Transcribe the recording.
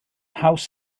haws